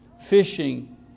fishing